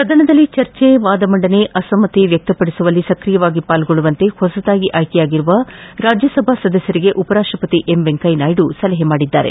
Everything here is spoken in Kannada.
ಸದನದಲ್ಲಿ ಚರ್ಚೆ ವಾದಮಂಡನೆ ಅಸಮ್ಮತಿ ವ್ಯಕ್ತ ಪಡಿಸುವಲ್ಲಿ ಸ್ರಿಯವಾಗಿ ಪಾಲ್ಗೊಳ್ಳುವಂತೆ ಹೊಸದಾಗಿ ಆಯ್ಲೆ ಆಗಿರುವ ರಾಜ್ಯ ಸಭಾ ಸದಸ್ಲರಿಗೆ ಉಪರಾಷ್ಷಪತಿ ವೆಂಕಯ್ಲ ನಾಯ್ಡ ಸಲಹೆ ಮಾಡಿದ್ದಾರೆ